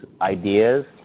ideas